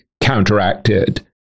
counteracted